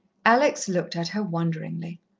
alex looked at her wonderingly.